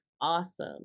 awesome